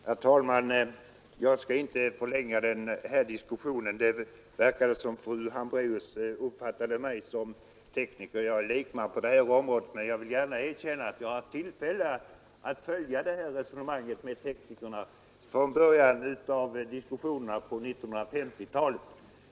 Herr talman! Jag skall inte mycket förlänga den här diskussionen. Det verkade som om fru Hambraeus uppfattade mig som tekniker, men jag är lekman på området. Jag vill emellertid gärna erkänna att jag har haft tillfälle att följa resonemanget med teknikerna från början av diskussionerna på 1950-talet.